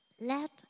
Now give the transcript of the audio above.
Let